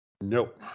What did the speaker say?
Nope